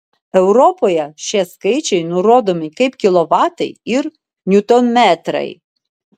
europoje šie skaičiai nurodomi kaip kilovatai ir niutonmetrai